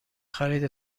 خرید